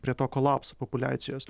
prie to kolapso populiacijos